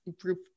group